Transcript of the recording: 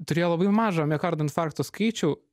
turėjo labai mažą miokardo infarkto skaičių